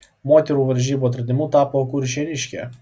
moterų varžybų atradimu tapo kuršėniškė